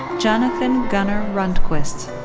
jonathan gunnar rundquist.